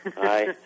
Hi